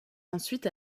ensuite